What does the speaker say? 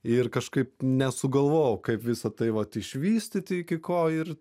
ir kažkaip nesugalvojau kaip visa tai vat išvystyti iki ko ir